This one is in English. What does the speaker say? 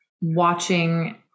watching